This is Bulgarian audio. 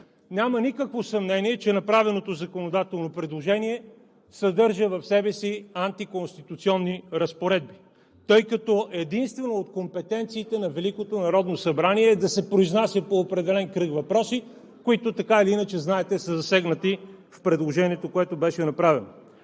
Няма никакво съмнение, че направеното законодателно предложение съдържа в себе си антиконституционни разпоредби, тъй като единствено от компетенциите на Великото народно събрание е да се произнася по определен кръг въпроси, които така или иначе, знаете, са засегнати в предложението, което беше направено.